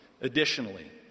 Additionally